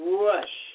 rush